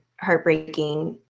heartbreaking